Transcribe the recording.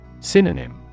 Synonym